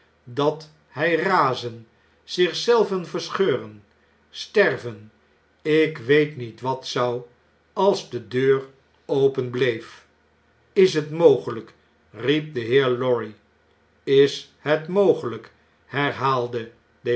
dat hij razen zich zelven verscheuren sterven ik weet niet wat zou als de deur openbleef is het mogelp riep de heer lorry ls het mogelfjk